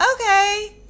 okay